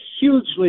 hugely